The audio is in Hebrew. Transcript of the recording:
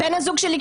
בן הזוג שלי,